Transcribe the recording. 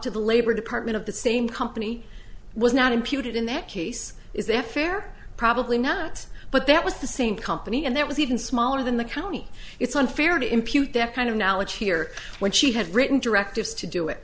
to the labor department of the same company was not imputed in that case is that fair probably not but that was the same company and that was even smaller than the county it's unfair to impute that kind of knowledge here when she had written directives to do it